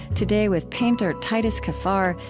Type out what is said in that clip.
today, with painter titus kaphar,